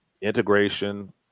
integration